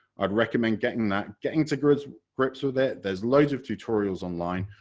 i would recommend getting that, getting to grips grips with it, there are loads of tutorials online,